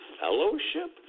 fellowship